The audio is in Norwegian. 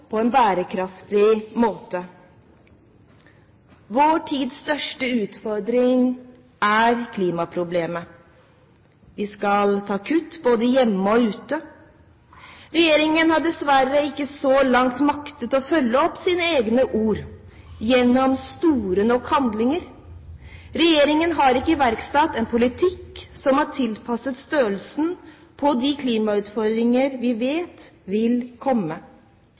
på en bærekraftig måte. Vår tids største utfordring er klimaproblemene. Vi skal ta kutt både hjemme og ute. Regjeringen har dessverre så langt ikke maktet å følge opp sine egne ord gjennom store nok handlinger. Regjeringen har ikke iverksatt en politikk som er tilpasset størrelsen på de klimautfordringer vi vet vil komme.